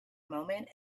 moment